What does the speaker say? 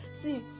See